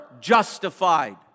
justified